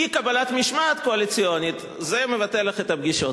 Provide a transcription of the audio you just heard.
אי-קבלת משמעת קואליציונית זה מבטל לך את הפגישות.